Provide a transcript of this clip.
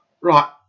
Right